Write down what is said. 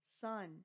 Son